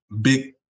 big